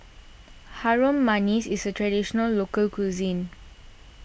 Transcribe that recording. Harum Manis is a Traditional Local Cuisine